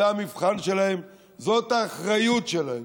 זה המבחן שלהם, זאת האחריות שלהם.